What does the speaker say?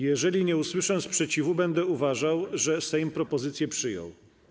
Jeżeli nie usłyszę sprzeciwu, będę uważał, że Sejm propozycję przyjął.